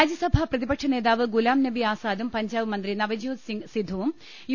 രാജ്യസഭാ പ്രതിപക്ഷനേതാവ് ഗുലാംനബി ആസാദും പഞ്ചാബ് മന്ത്രി നവജോദ് സിങ് സിദ്ദുവും യു